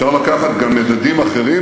אפשר לקחת גם מדדים אחרים,